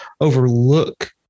overlook